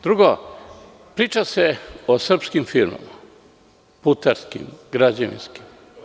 Drugo, priča se o srpskim firmama, putarskim, građevinskim.